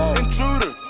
intruder